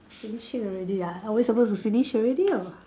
finishing already ah are we supposed to finish already or